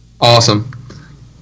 Awesome